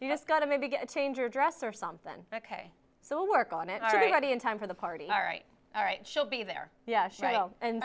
you just got to maybe get a change of address or something ok so work on it already in time for the party all right all right she'll be there yeah